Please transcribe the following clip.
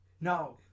No